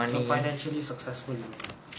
so financially successful you mean